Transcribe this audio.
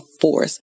force